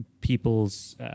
people's